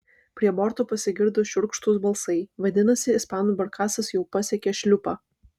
prie borto pasigirdo šiurkštūs balsai vadinasi ispanų barkasas jau pasiekė šliupą